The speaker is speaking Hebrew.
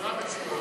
לשירה בציבור.